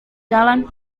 jalan